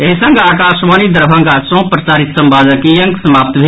एहि संग आकाशवाणी दरभंगा सँ प्रसारित संवादक ई अंक समाप्त भेल